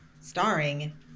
starring